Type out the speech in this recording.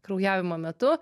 kraujavimo metu